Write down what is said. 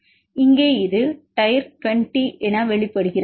இது ஒரு Y 20 tyrosine 26 இங்கே இது டைர் 26 வெளிப்படுகிறது